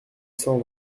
cent